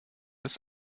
ist